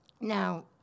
Now